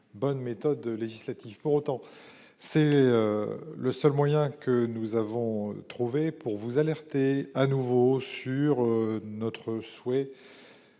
bonne méthode législative. Pour autant, c'est le seul moyen que nous ayons trouvé pour vous alerter une nouvelle fois sur